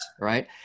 right